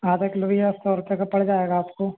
आधा किलो भईया सौ रूपए का पड़ जाएगा आपको